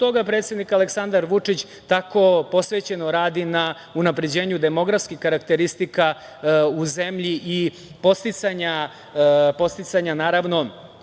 predsednik Aleksandar Vučić tako posvećeno radi na unapređenju demografskih karakteristika u zemlji i podsticanja rađanja,